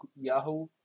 Yahoo